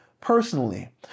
personally